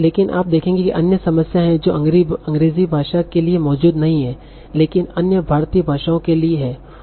लेकिन आप देखेंगे कि अन्य समस्याएं हैं जो अंग्रेजी भाषा के लिए मौजूद नहीं हैं लेकिन अन्य भारतीय भाषाओं के लिए हैं